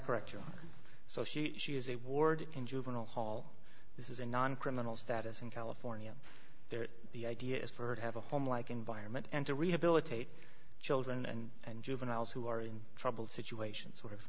correct so she she is a ward in juvenile hall this is a non criminal status in california there the idea is for her to have a home like environment and to rehabilitate children and and juveniles who are in trouble situations or